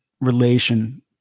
relation